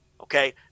Okay